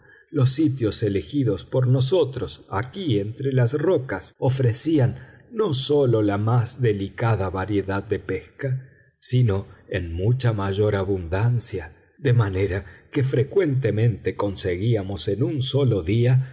los sitios elegidos por nosotros aquí entre las rocas ofrecían no sólo la más delicada variedad de pesca sino en mucha mayor abundancia de manera que frecuentemente conseguíamos en un solo día